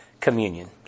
communion